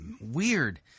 Weird